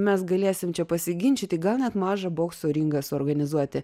mes galėsim pasiginčyti gal net mažą bokso ringą suorganizuoti